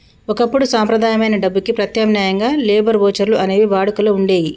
ఒకప్పుడు సంప్రదాయమైన డబ్బుకి ప్రత్యామ్నాయంగా లేబర్ వోచర్లు అనేవి వాడుకలో వుండేయ్యి